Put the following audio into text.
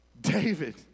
David